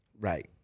Right